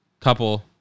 couple